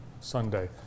Sunday